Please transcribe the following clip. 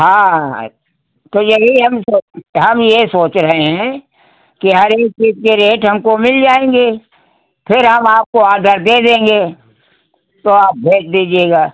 हाँ तो यही हम सोच हम ये सोच रहे हैं कि हर एक चीज के रेट हमको मिल जाएँगे फिर हम आपको आडर दे देंगे तो आप भेज दीजिएगा